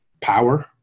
power